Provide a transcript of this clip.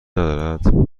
ندارد